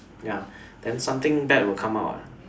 ya then something bad will come out [what]